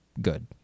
Good